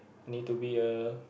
need to be a